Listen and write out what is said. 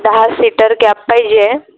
दहा seater cab पाहिजे